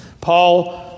Paul